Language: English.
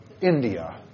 India